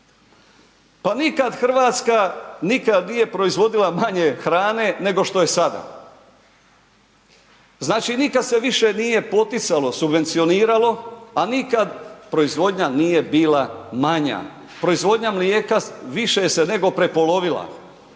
Pa nikad Hrvatska, nikad nije proizvodila manje hrane nego što je sada. Znači nikad se više nije poticalo, subvencioniralo a nikad proizvodnja nije bila manja. Proizvodnja mlijeka više se nego prepolovila.